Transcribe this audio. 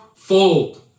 Fold